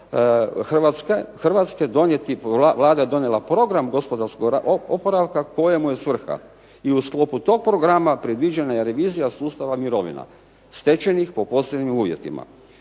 Hrvatske, Vlada je donijela program gospodarskog oporavka kojemu je svrha i u sklopu toga programa predviđena je revizija sustava mirovina stečenih pod posebnim uvjetima.